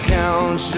count